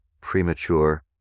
premature